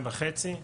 וחצי בתפקיד.